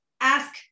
ask